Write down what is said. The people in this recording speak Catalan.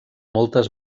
moltes